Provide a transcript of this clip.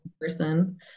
person